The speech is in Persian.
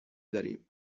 داریم